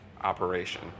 operation